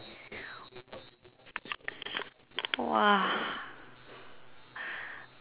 !wah!